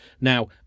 Now